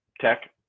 tech